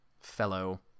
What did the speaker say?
fellow